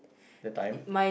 that time